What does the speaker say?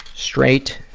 straight,